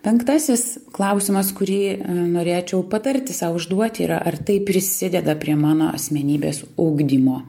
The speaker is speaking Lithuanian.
penktasis klausimas kurį norėčiau patarti sau užduoti yra ar tai prisideda prie mano asmenybės ugdymo